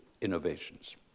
innovations